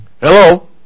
Hello